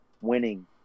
winning